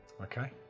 okay